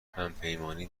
همپیمانی